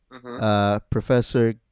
Professor